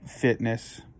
fitness